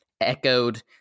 echoed